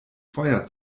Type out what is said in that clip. feuer